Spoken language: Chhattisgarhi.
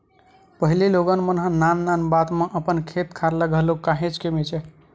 पहिली लोगन मन ह नान नान बात म अपन खेत खार ल घलो काहेच के बेंचय